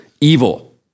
evil